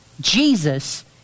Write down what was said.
Jesus